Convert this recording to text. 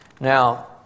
Now